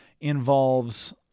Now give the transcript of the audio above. involves